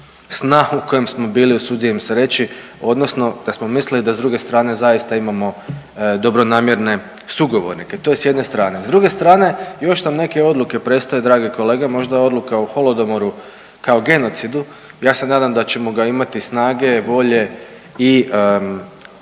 sna u kojem smo bili usuđujem se reći odnosno da smo mislili da s druge strane zaista imamo dobronamjerne sugovornike, to je s jedne strane. S druge strane još nam neke odluke predstoje drage kolege, možda odluka o Holodomoru kao genocidu, ja se nadam da ćemo ga imati snage, volje i